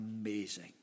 amazing